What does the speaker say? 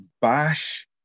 bash